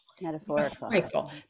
metaphorical